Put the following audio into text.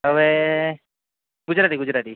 હવે ગુજરાતી ગુજરાતી